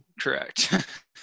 Correct